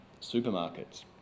supermarkets